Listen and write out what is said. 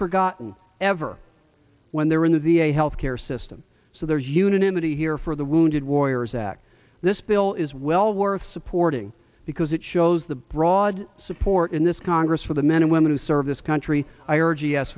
forgotten ever when they're in the v a health care system so there is unanimity here for the wounded warriors act this bill is well worth supporting because it shows the broad support in this congress for the men and women who serve this country i